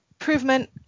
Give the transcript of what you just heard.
improvement